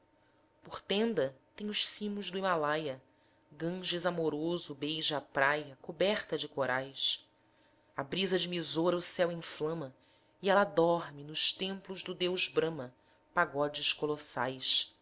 por tenda tem os cimos do himalaia ganges amoroso beija a praia coberta de corais a brisa de misora o céu inflama e ela dorme nos templos do deus brama pagodes colossais